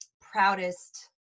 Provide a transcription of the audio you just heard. proudest